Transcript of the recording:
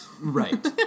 right